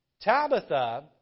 Tabitha